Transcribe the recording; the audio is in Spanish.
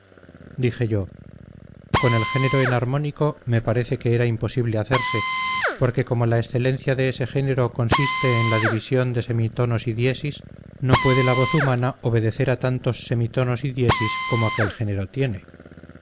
dije yo con el género enarmónico me parece que era imposible hacerse porque como la excelencia de ese género consiste en la división de semitonos y diesis no puede la voz humana obedecer a tantos semitonos y diesis como aquel género tiene